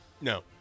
No